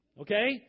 Okay